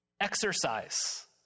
Exercise